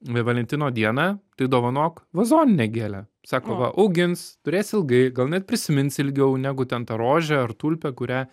valentino dieną tai dovanok vazoninę gėlę sako va augins turės ilgai gal net prisimins ilgiau negu ten tą rožę ar tulpę kurią